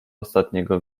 ostatniego